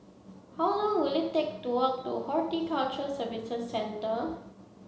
how long will it take to walk to Horticulture Services Centre